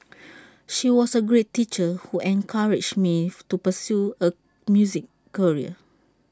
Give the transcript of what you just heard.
she was A great teacher who encouraged me to pursue A music career